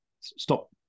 stop